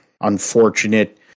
unfortunate